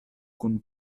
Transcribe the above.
kun